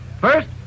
First